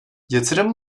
yatırım